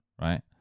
Right